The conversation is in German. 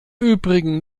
übrigen